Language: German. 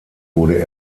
wurde